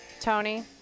Tony